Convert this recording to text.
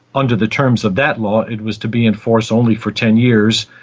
under the terms of that law it was to be in force only for ten years.